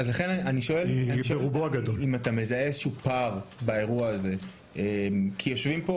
אני שואל אם אתה מזהה איזשהו פער באירוע הזה כי יושבים פה